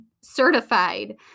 certified